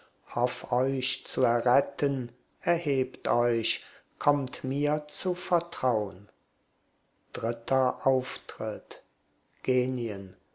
euch zu erretten erhebt euch kommt mir zu vertraun dritter auftritt genien